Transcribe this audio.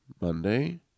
monday